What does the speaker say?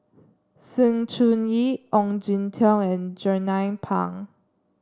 Sng Choon Yee Ong Jin Teong and Jernnine Pang